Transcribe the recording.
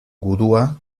gudua